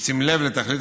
ובשים לב לתכלית,